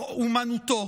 אומנותו,